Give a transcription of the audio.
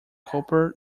copper